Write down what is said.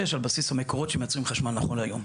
על בסיס המקורות שמייצרים חשמל נכון להיום.